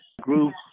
groups